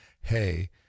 hey